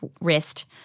wrist